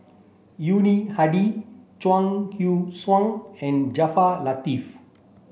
Yuni Hadi Chuang Hui Tsuan and Jaafar Latiff